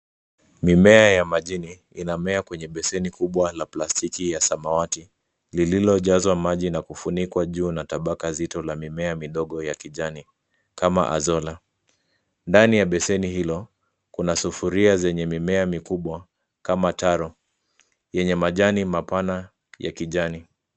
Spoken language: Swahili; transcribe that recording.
Mimea ya majini inamea kwenye beseni kubwa la plastiki ya samawati lililojazwa maji na kufunikwa juu na tabaka zito la mimea midogo ya kijani kama azola. Ndani ya beseni hilo kuna sufuria zenye mimea mikubwa kama taro yenye majani mapana ya kijani.